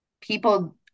people